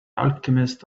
alchemist